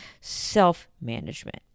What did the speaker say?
self-management